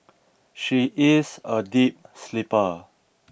she is a deep sleeper